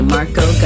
Marco